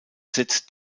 setzt